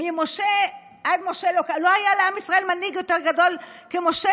ממשה עד משה לא היה לעם ישראל מנהיג יותר גדול כמשה